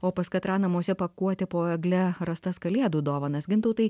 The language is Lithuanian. o pas katrą namuose pakuoti po egle rastas kalėdų dovanas gintautai